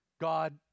God